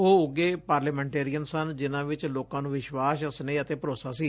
ਉਹ ਉਘੇ ਪਾਰਲੀਮੈਂਟਰੀਅਨ ਸਨ ਜਿਨਾਂ ਵਿਚ ਲੋਕਾਂ ਨੂੰ ਵਿਸ਼ਵਾਸ ਸਨੇਹ ਅਤੇ ਭਰੋਸਾ ਸੀ